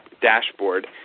dashboard